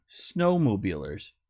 snowmobilers